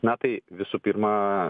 na tai visų pirma